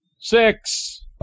Six